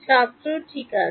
ছাত্র ঠিক আছে